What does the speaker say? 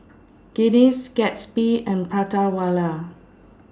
Guinness Gatsby and Prata Wala